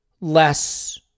less